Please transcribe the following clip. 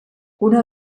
una